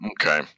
Okay